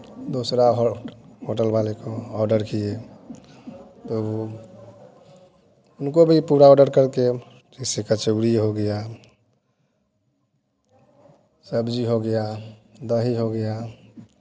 दूसरा होटल वाले को ऑर्डर किए तो वो उनको भी पूरा ऑर्डर करके जैसे कचौड़ी हो गया सब्ज़ी हो गया दही हो गया